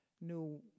no